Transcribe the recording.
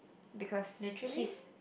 because he's